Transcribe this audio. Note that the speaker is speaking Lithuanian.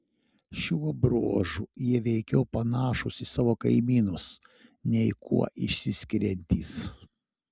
šiuo bruožu jie veikiau panašūs į savo kaimynus nei kuo išsiskiriantys